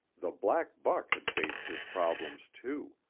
the black buck had faced his problems, too,